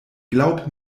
glaub